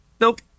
Nope